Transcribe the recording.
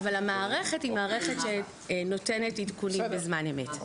אבל המערכת היא מערכת שנותנת עדכונים בזמן אמת.